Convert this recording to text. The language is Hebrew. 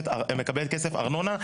מקבלת כסף ארנונה,